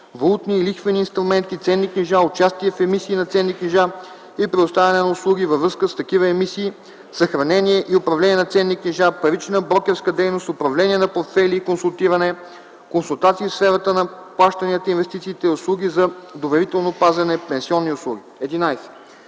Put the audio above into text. валутни и лихвени инструменти, ценни книжа; участие в емисии на ценни книжа и предоставяне на услуги във връзка с такива емисии; съхранение и управление на ценни книжа, парична брокерска дейност; управление на портфейли и консултиране; консултации в сферата на плащанията и инвестициите; услуги за доверително пазене; пенсионни услуги.